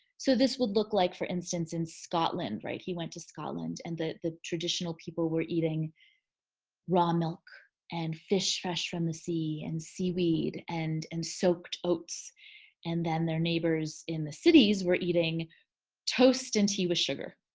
so this would look like for instance in scotland, right? he went to scotland and the the traditional people were eating raw milk and fish fresh from the sea and seaweed and and soaked oats and then their neighbors in the cities were eating toast and tea with sugar.